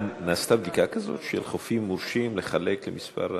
נעשתה בדיקה כזאת של חופים מורשים לחלק למספר,